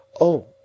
Oh